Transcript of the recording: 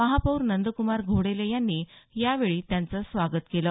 महापौर नंद्क्मार घोडेले यांनी यावेळी त्यांचं स्वागत केलं